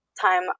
time